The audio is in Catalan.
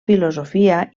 filosofia